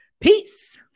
Peace